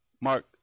Mark